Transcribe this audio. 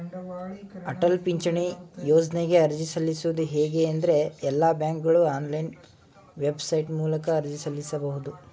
ಅಟಲ ಪಿಂಚಣಿ ಯೋಜ್ನಗೆ ಅರ್ಜಿ ಸಲ್ಲಿಸುವುದು ಹೇಗೆ ಎಂದ್ರೇ ಎಲ್ಲಾ ಬ್ಯಾಂಕ್ಗಳು ಆನ್ಲೈನ್ ವೆಬ್ಸೈಟ್ ಮೂಲಕ ಅರ್ಜಿ ಸಲ್ಲಿಸಬಹುದು